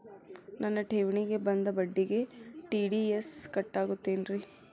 ನನ್ನ ಠೇವಣಿಗೆ ಬಂದ ಬಡ್ಡಿಗೆ ಟಿ.ಡಿ.ಎಸ್ ಕಟ್ಟಾಗುತ್ತೇನ್ರೇ?